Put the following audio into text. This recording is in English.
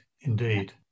Indeed